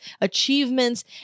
achievements